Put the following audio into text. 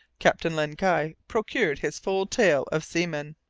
captain len guy procured his full tale of seamen.